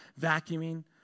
vacuuming